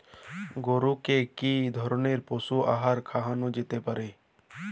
গরু কে কি ধরনের পশু আহার খাওয়ানো যেতে পারে?